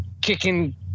kicking